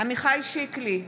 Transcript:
עמיחי שיקלי,